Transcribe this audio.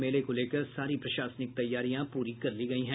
मेले को लेकर सारी प्रशासनिक तैयारियां पूरी कर ली गयी है